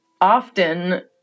often